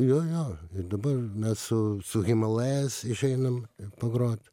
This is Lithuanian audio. jo jo dabar mes su su himalayas išeinam pagrot